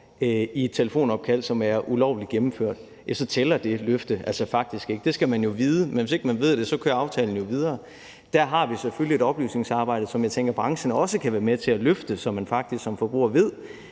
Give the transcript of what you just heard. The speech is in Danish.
i et telefonopkald, som er ulovligt gennemført, så tæller det løfte altså faktisk ikke. Det skal man jo vide. Men hvis ikke man ved det, kører aftalen jo videre. Der har vi selvfølgelig et oplysningsarbejde, som jeg tænker branchen også kan være med til at løfte, så man faktisk som forbruger ved,